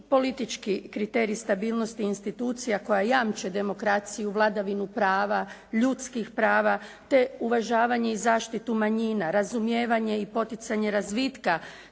politički kriterij stabilnosti institucija koje jamče demokraciju, vladavinu prava, ljudskih prava te uvažavanje i zaštitu manjina, razumijevanje i poticanje razvitka